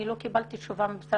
ולא קיבלתי תשובה.